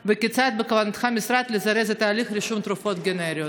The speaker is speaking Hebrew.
2. כיצד בכוונת המשרד לזרז את הליך רישום התרופות הגנריות?